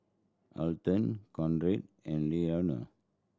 Alton Conrad and Lenora